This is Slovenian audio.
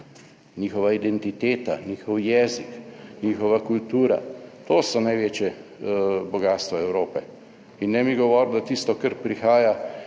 njihova identiteta, njihov jezik, njihova kultura, to so največje bogastvo Evrope. In ne mi govoriti, da tisto, kar prihaja,